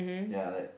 ya like